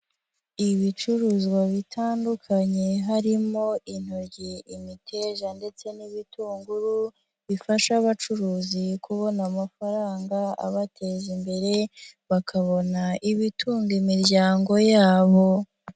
Ibicuruzwa bitandukanye harimo intoryi, imiterejaa ndetse n'ibitunguru, bifasha abacuruzi kubona amafaranga abateza imbere, bakabona ibitunga imiryango yabo.